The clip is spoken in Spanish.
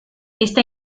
esta